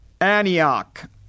Antioch